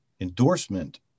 endorsement